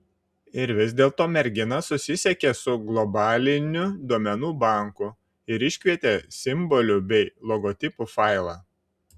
ir vis dėlto mergina susisiekė su globaliniu duomenų banku ir iškvietė simbolių bei logotipų failą